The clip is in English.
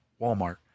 Walmart